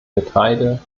getreide